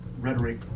rhetoric